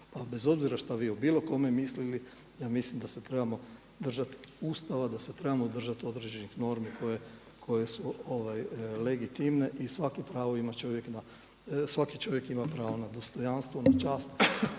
bez obzira šta vi o bilo kome mislili ja mislim da se trebamo držati Ustava, da se trebamo držati određenih normi koje su legitimne. I svaki čovjek ima pravo na dostojanstvo, na čast,